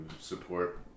support